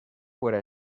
fuera